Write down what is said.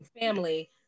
family